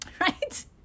Right